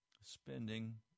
spending